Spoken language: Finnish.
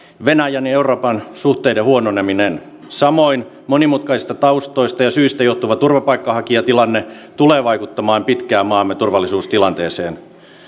venäjän ja euroopan suhteiden huononeminen samoin monimutkaisista taustoista ja syistä johtuva turvapaikanhakijatilanne tulee vaikuttamaan pitkään maamme turvallisuustilanteeseen